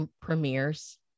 premieres